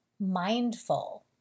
mindful